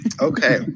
Okay